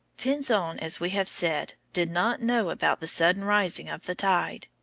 pinzon, as we have said, did not know about the sudden rising of the tide.